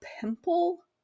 pimple